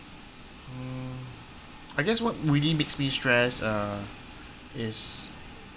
hmm I guess what really makes me really stress uh is